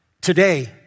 today